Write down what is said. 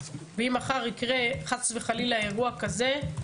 ואם מחר יקרה חס וחלילה אירוע כזה,